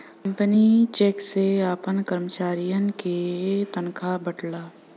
company cheque से आपन करमचारियन के तनखा बांटला